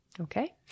Okay